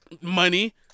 money